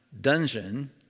dungeon